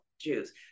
Jews